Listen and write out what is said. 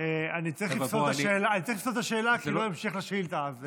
אני צריך לפסול את השאלה, כי זה לא המשך לשאילתה.